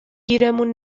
گیرمون